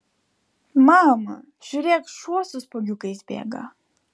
mama žiūrėk šuo su spuogiukais bėga